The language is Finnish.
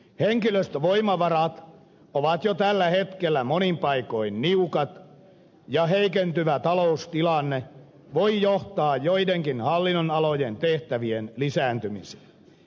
henkilöstövoimavarat ovat jo tällä hetkellä monin paikoin niukat ja heikentyvä taloustilanne voi johtaa joidenkin hallinnonalojen tehtävien lisääntymiseen